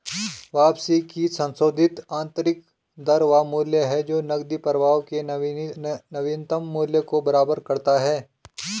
वापसी की संशोधित आंतरिक दर वह मूल्य है जो नकदी प्रवाह के नवीनतम मूल्य को बराबर करता है